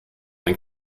ein